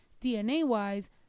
DNA-wise